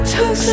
Took